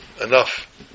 enough